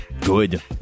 good